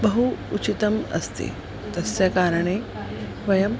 बहु उचितम् अस्ति तस्मात् कारणात् वयं